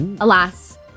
alas